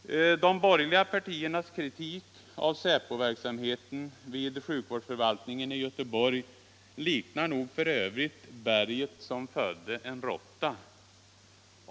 De borgerliga partiernas kritik av säpoverksamheten vid sjukvårdsförvaltningen i Göteborg liknar f. ö. berget som födde en råtta.